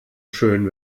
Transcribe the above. schön